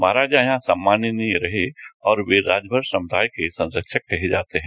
महाराजा यहां सम्मानीय रहे और राजभर समुदाय के संरक्षक कहे जाते हैं